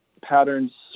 patterns